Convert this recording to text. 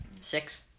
Six